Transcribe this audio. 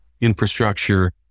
infrastructure